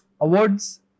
awards